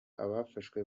abafashwe